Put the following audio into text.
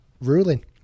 ruling